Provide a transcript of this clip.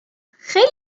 خیلی